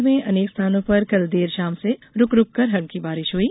भोपाल में अनेक स्थानों पर कल देर शाम से रूक रूक कर हल्की बारिश हुई